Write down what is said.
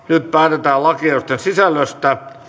nyt päätetään lakiehdotusten sisällöstä